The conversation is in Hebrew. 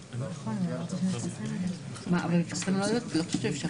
אני מודיע לכם שאחרי הצוהריים תהיה כאן הצבעה